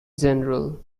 general